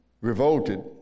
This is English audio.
revolted